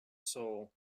soul